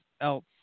else